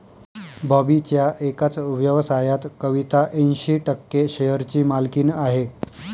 बॉबीच्या एकाच व्यवसायात कविता ऐंशी टक्के शेअरची मालकीण आहे